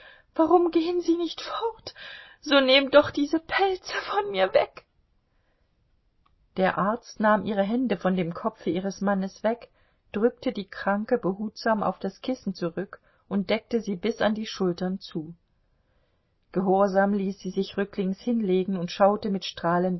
warum gehen sie nicht fort so nehmt doch diese pelze von mir weg der arzt nahm ihre hände von dem kopfe ihres mannes weg drückte die kranke behutsam auf das kissen zurück und deckte sie bis an die schultern zu gehorsam ließ sie sich rücklings hinlegen und schaute mit strahlendem